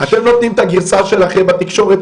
אתם נותנים את הגרסה שלכם לתקשורת,